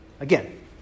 Again